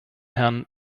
herrn